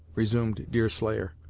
resumed deerslayer.